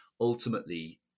ultimately